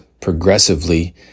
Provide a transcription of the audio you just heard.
progressively